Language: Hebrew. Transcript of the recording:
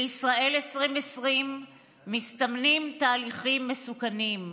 בישראל 2020 מסתמנים תהליכים מסוכנים: